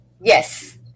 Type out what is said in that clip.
yes